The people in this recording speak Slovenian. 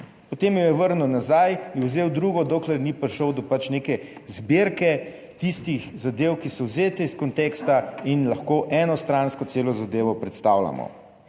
potem jo je vrnil nazaj, je vzel drugo, dokler ni prišel do pač neke zbirke tistih zadev, ki so vzete iz konteksta in lahko enostransko celo zadevo predstavljamo.